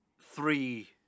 three